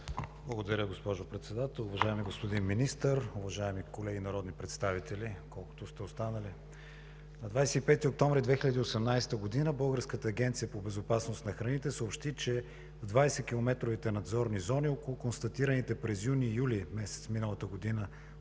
Благодаря, госпожо Председател. Уважаеми господин Министър, уважаеми колеги народни представители, колкото сте останали! На 25 октомври 2018 г. Българската агенция по безопасност на храните съобщи, че в 20-километровите надзорни зони, около констатираните през юни – юли месец миналата година